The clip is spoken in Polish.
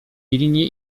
pilnie